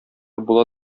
була